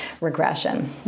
regression